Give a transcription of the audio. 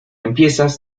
empiezas